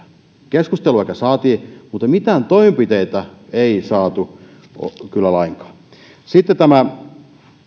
keskustelua ehkä saatiin mutta mitään toimenpiteitä ei saatu kyllä lainkaan sitten tämä